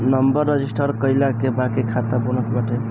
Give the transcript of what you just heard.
number register कईला के बाके खाता बनत बाटे